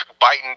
biting